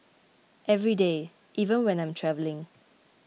every day even when I'm travelling